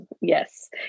yes